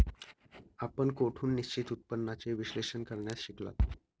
आपण कोठून निश्चित उत्पन्नाचे विश्लेषण करण्यास शिकलात?